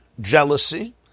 jealousy